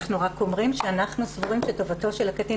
אנחנו רק אומרים שאנחנו סבורים שטובתו של הקטין